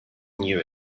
knew